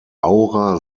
aura